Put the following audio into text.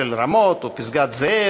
של רמות ופסגת-זאב,